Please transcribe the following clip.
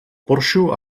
porxo